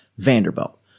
Vanderbilt